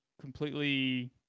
completely